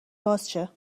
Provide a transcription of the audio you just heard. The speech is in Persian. بازشه